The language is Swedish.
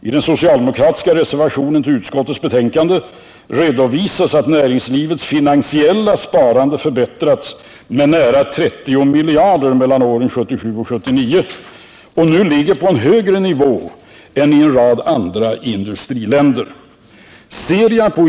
I den socialdemokratiska reservationen till utskottets betänkande redovisas att näringslivets finansiella sparande förbättrats med nära 30 miljarder mellan åren 1977 och 1979 och att det nu ligger på en högre nivå än vad som är fallet i en rad andra industriländer.